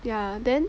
ya then